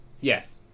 yes